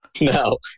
no